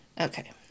Okay